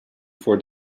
for